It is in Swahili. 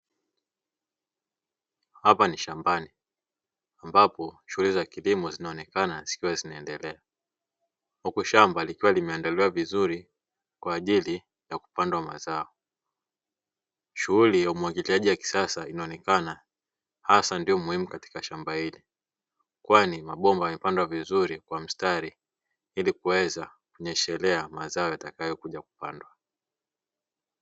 Hapa ni shambani ambapo shule za kilimo zinaonekana zikiwa zinaendelea, huku shamba likiwa limeendelea vizuri kwa ajili ya kupandwa mazao, shughuli ya umwagiliaji wa kisasa inaonekana hasa ndio muhimu katika shamba hili, kwani mabomba wamepandwa vizuri kwa mstari ili kuweza kunyeshelea mazao yatakayokuja kupandwa.